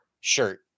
shirt